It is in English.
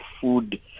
food